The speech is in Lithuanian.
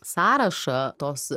sąrašą tos